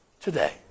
today